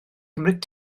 cymryd